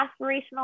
aspirational